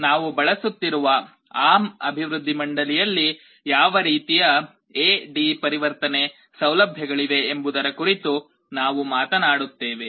ಮತ್ತು ನಾವು ಬಳಸುತ್ತಿರುವ ARM ಅಭಿವೃದ್ಧಿ ಮಂಡಳಿಯಲ್ಲಿ ಯಾವ ರೀತಿಯ ಎ ಡಿ ಪರಿವರ್ತನೆ ಸೌಲಭ್ಯಗಳಿವೆ ಎಂಬುದರ ಕುರಿತು ನಾವು ಮಾತನಾಡುತ್ತೇವೆ